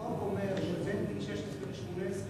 החוק אומר שבין גיל 16 ל-18,